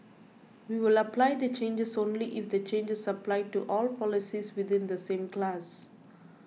we will apply the changes only if the changes apply to all policies within the same class